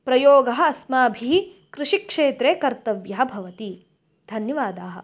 प्रयोगः अस्माभिः कृषिक्षेत्रे कर्तव्यः भवति धन्यवादाः